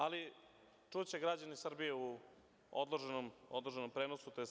Ali, čuće građani Srbije u odloženom prenosu, tj. snimku.